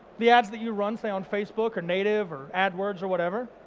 the ads that you run say on facebook, or native, or adwords, or whatever.